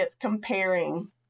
comparing